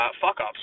fuck-ups